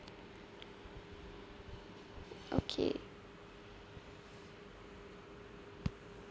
okay